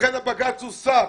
לכן הבג"ץ הוסר